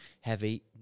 heavy